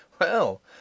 Well